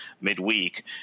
midweek